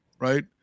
right